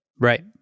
Right